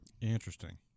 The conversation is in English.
Interesting